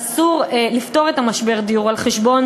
ואסור לפתור את משבר הדיור על חשבון